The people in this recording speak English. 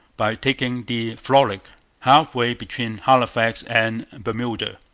by taking the frolic half-way between halifax and bermuda.